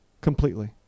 completely